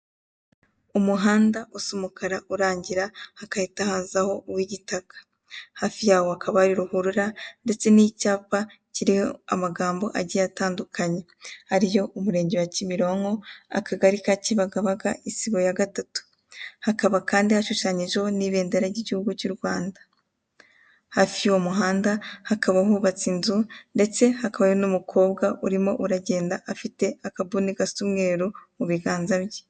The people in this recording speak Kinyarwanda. Umuhanda usa umukara urangira hagahita hazaho uw'igitaka, hafi ya wo hakaba hari ruhurura ndetse n'icyapa kiriho amagambo agiye atandukanye, ariyo Umurenge wa Kimirongo, Akagari ka Kibagabaga, Isibo ya Gatatu, haba kandi hashushanyije n'ibendera ry' gihugu cy'u Rwanda. Habafi y'uwo muhanda hakaba hubatse inzu ndetse hakabayo n'umukobwa urimo uragenda afite akabuni gasa umuweru mu biganza bye.